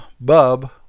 Bub